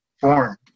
form